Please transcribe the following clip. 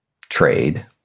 trade